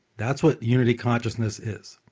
that's what unity consciousness is.